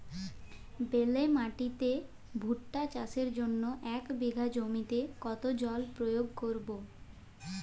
বেলে মাটিতে ভুট্টা চাষের জন্য এক বিঘা জমিতে কতো জল প্রয়োগ করব?